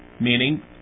meaning